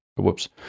Whoops